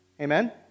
Amen